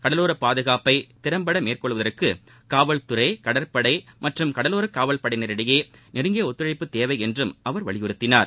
கடலோரப் பாதுகாப்பை திறம்பட மேற்கொள்வதற்கு காவல்துறை கடற்படை மற்றும் கடலோரக் காவல் படையினரிடையே நெருங்கிய ஒத்துழைப்பு தேவை என்றும் அவர் வலியுறுத்தினார்